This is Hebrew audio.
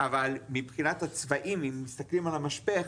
אבל מבחינת הצבעים אם מסתכלים על המשפך,